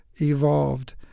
evolved